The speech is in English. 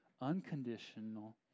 unconditional